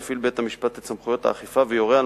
יפעיל בית-המשפט את סמכויות האכיפה ויורה על